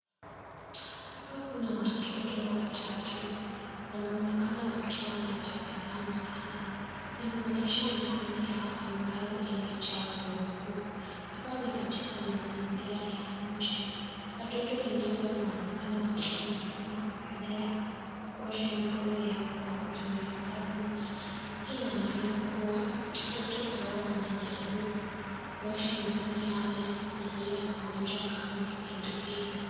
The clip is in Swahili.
Hapa kuna watoto watatu, wanaonekana wakiwa na tabasamu sana, wanaonyesha mikono yao ambayo imejaa pofu. Hapa ni katika mazingira ya nje. Watoto wenyewe wanaonekana wakiwa na furaha wakiendelea kuosha mikono yao kw kutumia sabuni . Hii Ina maana kuwa watoto hao wanajaribu kuosha mikono yao ili kuzuia magonjwa kama kipindupindu.